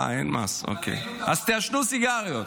אה, אין מס, אז תעשנו סיגריות.